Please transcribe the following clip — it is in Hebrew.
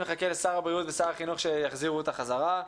מחכה לשר הבריאות ושר החינוך שיחזירו אותה חזרה.